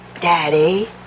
Daddy